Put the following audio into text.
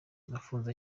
afunze